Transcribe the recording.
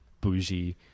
bougie